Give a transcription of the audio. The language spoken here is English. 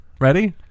Ready